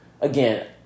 Again